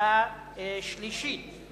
בקריאה שלישית,